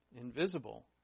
Invisible